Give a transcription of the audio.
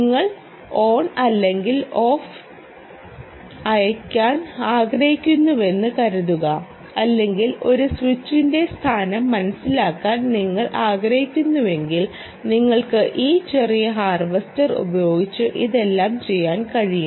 നിങ്ങൾ ഓൺ അല്ലെങ്കിൽ ഓഫ് അയയ്ക്കാൻ ആഗ്രഹിക്കുന്നുവെന്ന് കരുതുക അല്ലെങ്കിൽ ഒരു സ്വിച്ചിന്റെ സ്ഥാനം മനസിലാക്കാൻ നിങ്ങൾ ആഗ്രഹിക്കുന്നുവെങ്കിൽ നിങ്ങൾക്ക് ഈ ചെറിയ ഹാർവെസ്റ്റർ ഉപയോഗിച്ച് ഇതെല്ലാം ചെയ്യാൻ കഴിയും